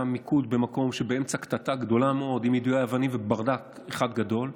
היה מיקוד במקום שבאמצע קטטה גדולה מאוד עם יידוי אבנים וברדק אחד גדול.